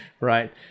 Right